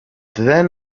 then